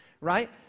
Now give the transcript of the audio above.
right